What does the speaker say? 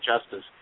justice